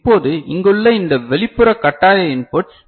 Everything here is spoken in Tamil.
இப்போது இங்குள்ள இந்த வெளிப்புற கட்டாய இன்புட்ஸ்